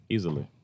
Easily